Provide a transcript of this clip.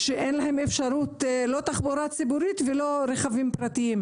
שאין להן אפשרות לא תחבורה ציבורית ולא רכב פרטי.